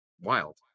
wild